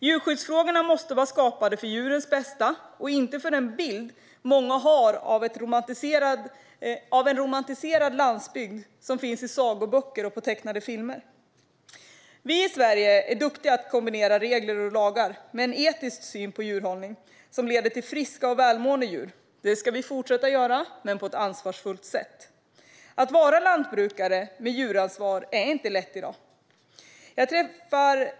Djurskyddsfrågorna måste vara skapade för djurens bästa och inte för den bild många har av en romantiserad landsbygd som finns i sagoböcker och på tecknade filmer. Vi i Sverige är duktiga på att kombinera regler och lagar med en etisk syn på djurhållning som leder till friska och välmående djur, och det ska vi fortsätta göra men på ett ansvarsfullt sätt. Att vara lantbrukare med djuransvar är inte lätt i dag.